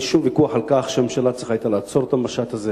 אין שום ויכוח על כך שהממשלה היתה צריכה לעצור את המשט הזה.